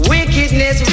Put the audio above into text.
Wickedness